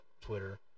Twitter